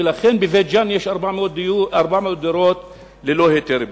ולכן יש בבית-ג'ן 400 דירות ללא היתר בנייה.